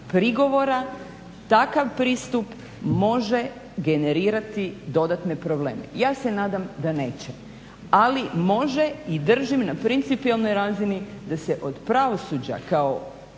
prigovora, takav pristup može generirati dodatne probleme. Ja se nadam da neće, ali može i držim na principijelnoj razini da se od pravosuđa kao